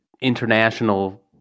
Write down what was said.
international